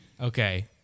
Okay